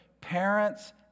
parents